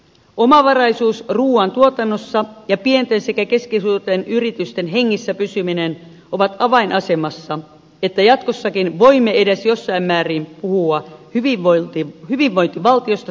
omavaraisuus ruoantuotannossa ja pienten sekä keskisuurten yritysten hengissä pysyminen ovat avainasemassa että jatkossakin voimme edes jossain määrin puhua hyvinvointivaltiosta suomen kohdalla